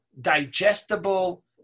digestible